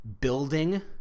building